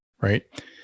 right